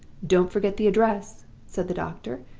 don't forget the address said the doctor,